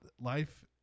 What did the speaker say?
Life